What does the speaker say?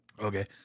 okay